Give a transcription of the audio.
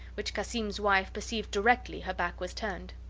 which cassim's wife perceived directly her back was turned.